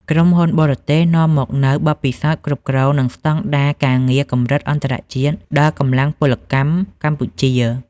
ក្រុមហ៊ុនបរទេសនាំមកនូវបទពិសោធន៍គ្រប់គ្រង និងស្ដង់ដារការងារកម្រិតអន្តរជាតិដល់កម្លាំងពលកម្មកម្ពុជា។